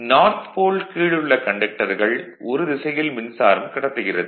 north pole கீழுள்ள கண்டக்டர்கள் ஒரு திசையில் மின்சாரம் கடத்துகிறது